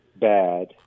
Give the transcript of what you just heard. bad